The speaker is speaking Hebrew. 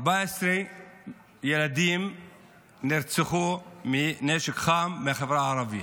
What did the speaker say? נרצחו 14 ילדים מנשק חם בחברה הערבית.